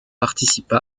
participa